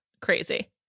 crazy